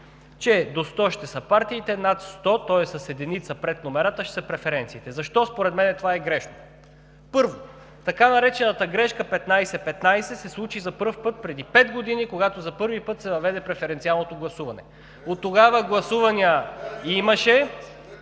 че до 100 ще са партиите, над 100, тоест с единица пред номерата, ще са преференциите. Защо според мен това е грешно? Първо, така наречената „грешка 15/15“ се случи за първи път преди пет години, когато за първи път се въведе преференциалното гласуване. ДИМИТЪР ЛАЗАРОВ (ГЕРБ,